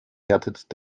härtet